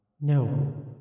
No